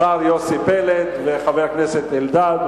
השר יוסי פלד וחבר הכנסת אלדד.